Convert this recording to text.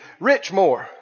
Richmore